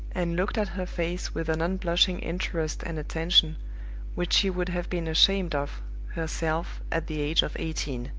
and looked at her face with an unblushing interest and attention which she would have been ashamed of herself at the age of eighteen.